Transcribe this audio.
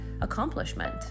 accomplishment